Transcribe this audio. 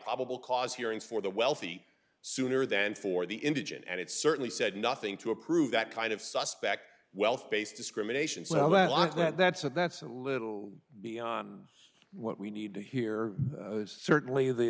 probable cause hearing for the wealthy sooner than for the indigent and it's certainly said nothing to approve that kind of suspect wealth based discrimination so a lot of that that's a that's a little beyond what we need to hear certainly